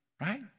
right